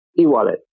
e-wallet